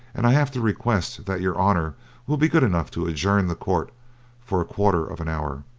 and i have to request that your honour will be good enough to adjourn the court for a quarter of an hour.